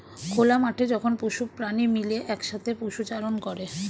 খোলা মাঠে যখন পশু প্রাণী মিলে একসাথে পশুচারণ করে